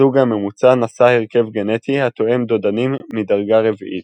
הזוג הממוצע נשא הרכב גנטי התואם דודנים מדרגה רביעית.